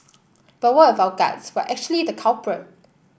but what if our guts were actually the culprit